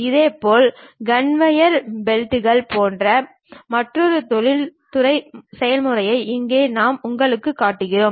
இதேபோல் கன்வேயர் பெல்ட்கள் போன்ற மற்றொரு தொழில்துறை செயல்முறையை இங்கே நான் உங்களுக்குக் காட்டுகிறேன்